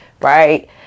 right